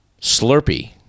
Slurpee